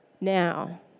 Now